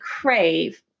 crave